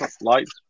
lights